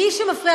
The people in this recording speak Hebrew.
מי שמפריע,